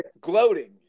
Gloating